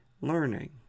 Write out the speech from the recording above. Learning